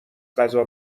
غذا